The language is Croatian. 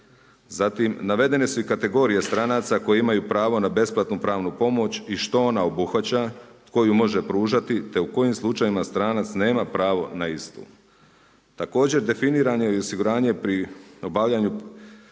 Zatim navedene su i kategorije stranaca koji imaju pravo na besplatnu pravnu pomoć i što ona obuhvaća, tko ju može pružati, te u kojim slučajevima stranac nema pravo na istu. Također definirano je i osiguranje pri obavljanju,